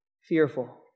Fearful